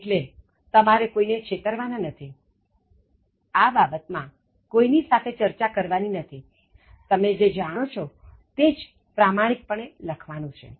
એટલે તમારે કોઈ ને છેતરવાના નથી આ બાબત માં કોઈ ની સાથે ચર્ચા કરવાની નથી તમે જે જાણો છો તે જ પ્રામાણિક પણે લખવાનું છે